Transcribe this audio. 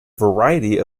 variety